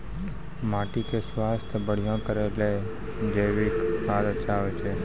माटी के स्वास्थ्य बढ़िया करै ले जैविक खाद अच्छा होय छै?